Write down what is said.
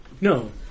No